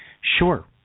sure